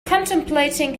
contemplating